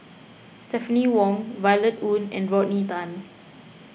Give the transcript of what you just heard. Stephanie Wong Violet Oon and Rodney Tan